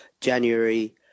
January